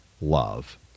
love